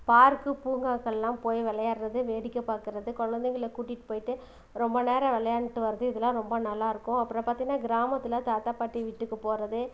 park பூங்காக்கள்லாம் போய் விளையாடுகிறது வேடிக்கை பார்க்குறது குழந்தைகள கூட்டிட்டு போய்ட்டு ரொம்ப நேரம் விளையாண்ட்டு வர்றது இதெல்லாம் ரொம்ப நல்லா இருக்கும் அப்புறம் பார்த்தின்னா கிராமத்தில் தாத்தா பாட்டி வீட்டுக்கு போகிறது